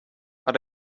but